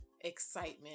excitement